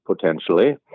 potentially